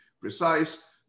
precise